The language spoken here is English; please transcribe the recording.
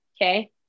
okay